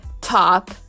top